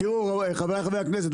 חבריי חברי הכנסת,